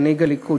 מנהיג הליכוד,